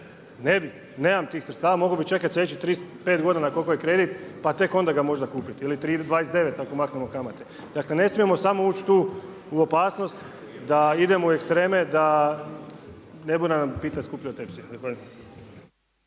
ne bi, nemam tih sredstava, mogao bih čekati sljedećih 35 godina koliko je kredit pa tek onda ga možda kupiti ili 29 ako maknemo kamate. Dakle ne smijemo samo ući u tu opasnost da idemo u ekstreme da ne bude nam pita skuplja od tepsije.